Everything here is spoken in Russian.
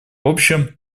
общем